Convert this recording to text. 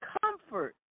comfort